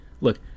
Look